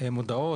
(מודעות